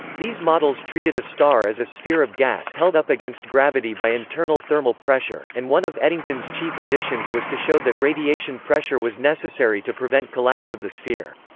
these models treated a star as a sphere of gas held up against gravity by internal thermal pressure, pressure, and one of eddington's chief additions was to show that radiation pressure was necessary to prevent collapse of the sphere.